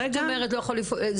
מה הכוונה לא יכול לפעול בחירום,